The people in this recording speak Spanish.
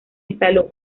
instaló